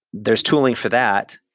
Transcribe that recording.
there's tooling for that.